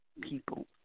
people